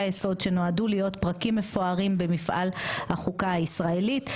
היסוד שנועדו להיות פרקים מפוארים במפעל החוקה הישראלית.